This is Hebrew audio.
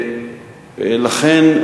לכן,